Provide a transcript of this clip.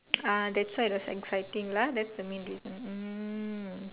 ah that side was exciting lah that's the main reason hmm